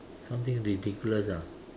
something ridiculous ah